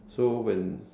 so when